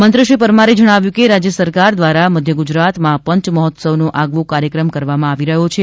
મંત્રી શ્રી પરમારે જણાવ્યું કે રાજ્ય સરકાર દ્વારા મધ્યગુજરાતમાં પંચમહોત્સવનો આગવો કાર્યક્રમ કરવામાં આવી રહ્યો છે